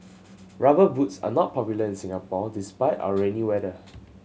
Rubber Boots are not popular in Singapore despite our rainy weather